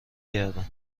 گردم